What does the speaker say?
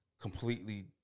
completely